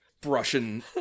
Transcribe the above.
brushing